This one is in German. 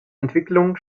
entwicklungen